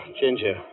Ginger